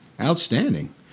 Outstanding